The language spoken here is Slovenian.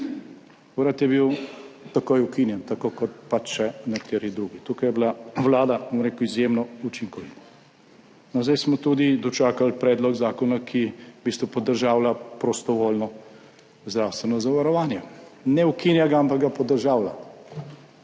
Urad je bil takoj ukinjen, tako kot pač še nekateri drugi. Tukaj je bila vlada, bom rekel, izjemno učinkovita. No, zdaj smo tudi dočakali predlog zakona, ki v bistvu podržavlja prostovoljno zdravstveno zavarovanje. Ne ukinja ga, ampak ga podržavlja.